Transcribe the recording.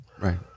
right